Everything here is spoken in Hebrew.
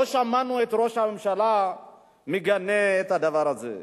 לא שמענו את ראש הממשלה מגנה את הדבר הזה.